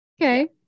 okay